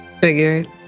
figured